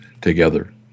together